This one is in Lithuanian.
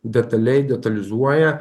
detaliai detalizuoja